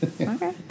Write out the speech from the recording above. Okay